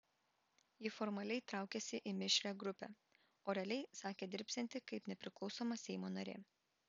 ji formaliai traukiasi į mišrią grupę o realiai sakė dirbsianti kaip nepriklausoma seimo narė